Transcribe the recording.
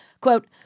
Quote